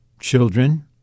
children